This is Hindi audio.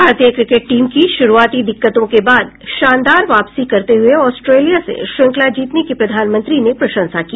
भारतीय क्रिकेट टीम की शुरूआती दिक्कतों के बाद शानदार वापसी करते हुए ऑस्ट्रेलिया से श्रृंखला जीतने की प्रधानमंत्री ने प्रशंसा की